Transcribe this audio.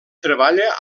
treballa